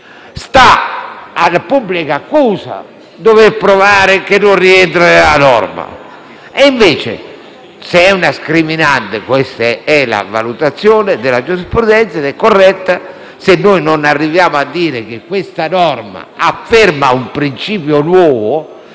sta alla pubblica accusa provare che il caso non rientra nella norma. Se è una scriminante (questa è la valutazione della giurisprudenza, ed è corretta), se noi non arriviamo a dire che questa norma afferma un principio nuovo